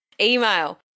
email